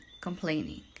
complaining